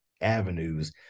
avenues